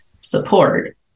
support